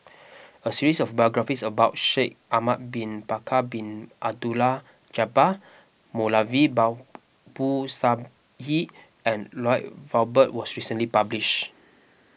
a series of biographies about Shaikh Ahmad Bin Bakar Bin Abdullah Jabbar Moulavi Babu Sahib and Lloyd Valberg was recently published